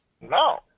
No